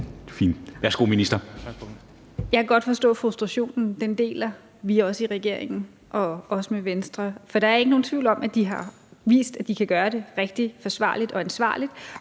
Jeg kan godt forstå frustrationen – den deler vi også i regeringen og også med Venstre. For der er ikke nogen tvivl om, at de har vist, at de kan gøre det forsvarligt og ansvarligt,